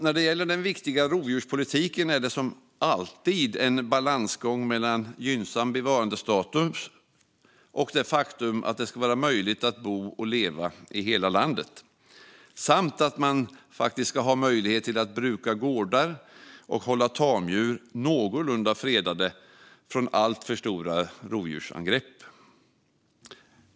När det gäller den viktiga rovdjurspolitiken är det som alltid en balansgång mellan gynnsam bevarandestatus och det faktum att det ska vara möjligt att bo och leva i hela landet samt ha möjlighet att bruka gårdar och hålla tamdjur någorlunda fredade från alltför stora rovdjursangrepp.